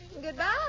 Goodbye